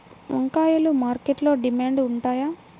వంకాయలు మార్కెట్లో డిమాండ్ ఉంటాయా?